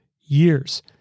years